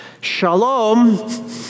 Shalom